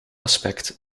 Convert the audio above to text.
aspect